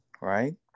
right